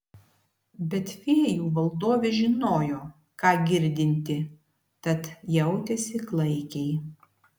bet fėjų valdovė žinojo ką girdinti tad jautėsi klaikiai